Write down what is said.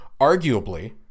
arguably –